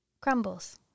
Crumbles